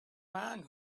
man